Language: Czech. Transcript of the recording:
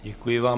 Děkuji vám.